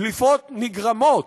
דליפות נגרמות,